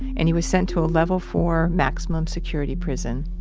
and he was sent to a level four maximum security prison.